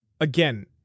again